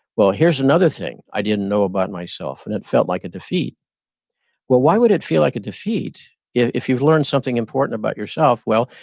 well, here's another thing i didn't know about myself and it felt like a defeat well, why would it feel like a defeat if you've learned something important about yourself? well,